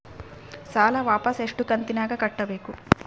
ಸಾಲ ವಾಪಸ್ ಎಷ್ಟು ಕಂತಿನ್ಯಾಗ ಕಟ್ಟಬೇಕು?